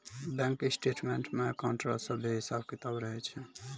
bank statements मे account रो सभे हिसाब किताब रहै छै